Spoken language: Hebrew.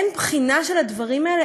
אין בחינה של הדברים האלה?